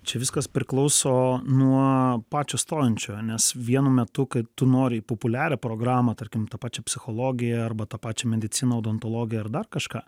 čia viskas priklauso nuo pačio stojančiojo nes vienu metu kai tu nori į populiarią programą tarkim tą pačią psichologiją arba tą pačią mediciną odontologiją ar dar kažką